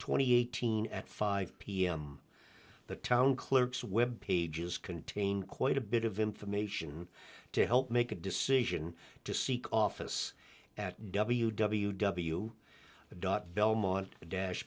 twenty eighteen at five pm the town clerk's web pages contain quite a bit of information to help make a decision to seek office at w w w dot belmont dash